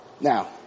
Now